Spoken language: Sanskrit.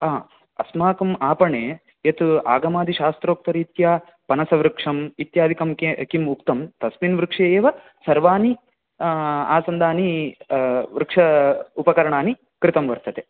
अहा अस्माकं आपणे यत् आगमादि शास्त्रोक्तरीत्य पनसवृक्षं इत्यादिकं के किम् उक्तं तस्मिन् वृक्षे एव सर्वानि आसन्दानि वृक्ष उपकरणानि कृतं वर्तते